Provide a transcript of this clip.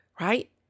right